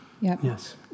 Yes